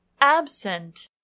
absent